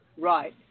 Right